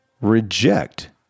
reject